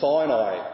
Sinai